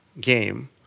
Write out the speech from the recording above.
game